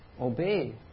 obey